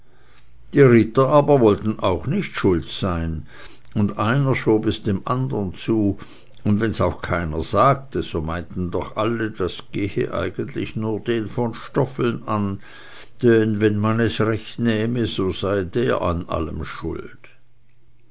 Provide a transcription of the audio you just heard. die ritter aber wollten auch nicht schuld sein und einer schob es dem andern zu und wenn's auch keiner sagte so meinten's doch alle das gehe eigentlich nur den von stoffeln an denn wenn man es recht nehme so sei der an allem schuld